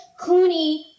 Clooney